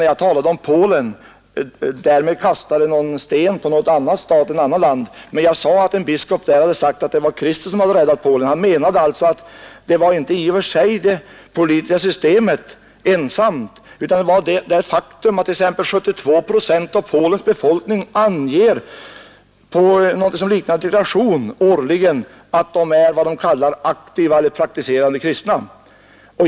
När jag talade om Polen ville jag därmed inte kasta sten på något annat land. Jag sade att en biskop där hade förklarat att det var Kristus som räddat Polen. Han menade alltså att det avgörande inte var det politiska systemet ensamt, utan det faktum att t.ex. 72 procent av Polens befolkning årligen anger att de är vad man kallar aktiva eller praktiserande kristna.